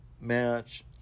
match